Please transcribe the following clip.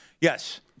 Yes